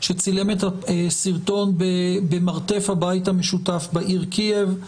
שצילם את הסרטון במרתף הבית המשותף בעיר קייב.